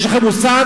יש לכם מושג?